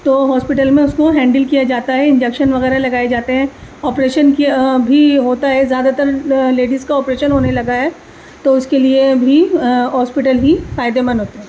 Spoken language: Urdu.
تو ہاسپٹل میں اس کو ہینڈل کیا جاتا ہے انجیکشن وغیرہ لگائے جاتے ہیں آپریشن کیا بھی ہوتا ہے زیادہ تر لیڈیس کا آپریشن ہونے لگا ہے تو اس کے لیے بھی ہاسپٹل ہی فائدے مند ہوتے ہیں